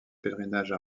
pèlerinage